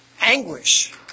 Anguish